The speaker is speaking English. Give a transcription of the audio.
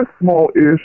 small-ish